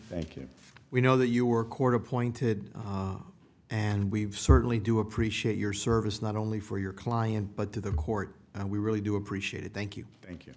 thank you we know that you are court appointed and we certainly do appreciate your service not only for your client but to the court and we really do appreciate it thank you thank you